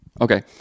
Okay